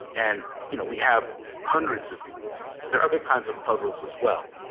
and you know we have hundreds of these. there are other kinds of puzzles as well.